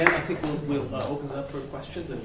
think we'll we'll open up for questions,